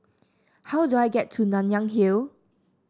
how do I get to Nanyang Hill